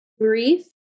Brief